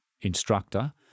instructor